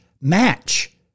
Match